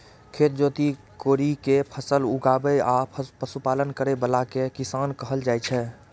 खेत जोति कोड़ि कें फसल उगाबै आ पशुपालन करै बला कें किसान कहल जाइ छै